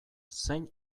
zein